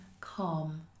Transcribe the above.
calm